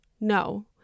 No